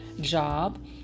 job